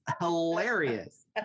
hilarious